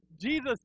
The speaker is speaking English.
Jesus